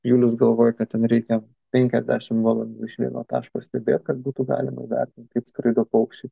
julius galvoja kad ten reikia penkiasdešim valandų iš vieno taško stebėt kad būtų galima įvertint kaip skraido paukščiai